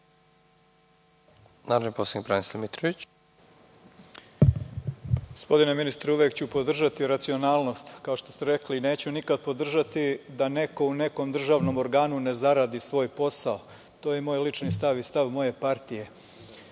Mitrović. **Branislav Mitrović** Gospodine ministre, uvek ću podržati racionalnost, kao što ste rekli, neću nikad podržati da neko u nekom državnom organu ne zaradi svoj posao. To je moj lični stav i stav moje partije.Međutim,